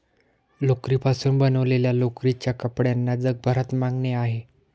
लोकरीपासून बनवलेल्या लोकरीच्या कपड्यांना जगभरात मागणी आहे